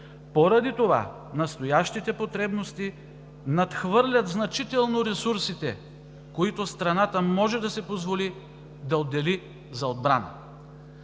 Поради това настоящите потребности надхвърлят значително ресурсите, които страната може да си позволи да отдели за отбрана.